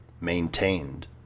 Maintained